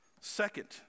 Second